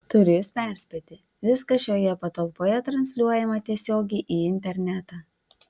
turiu jus perspėti viskas šioje patalpoje transliuojama tiesiogiai į internetą